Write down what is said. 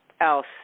else